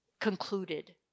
concluded